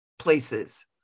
places